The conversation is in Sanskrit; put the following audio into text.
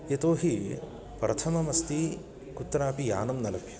यतो हि प्रथममस्ति कुत्रापि यानं न लभ्यते